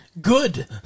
Good